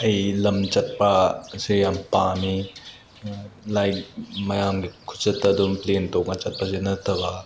ꯑꯩ ꯂꯝ ꯆꯠꯄ ꯁꯦ ꯌꯥꯝ ꯄꯥꯝꯃꯤ ꯂꯥꯏꯛ ꯃꯌꯥꯝꯒꯤ ꯈꯨꯆꯠꯇ ꯑꯗꯨꯝ ꯄ꯭ꯂꯦꯟ ꯇꯣꯡꯉ ꯆꯠꯄꯁꯦ ꯅꯠꯇꯕ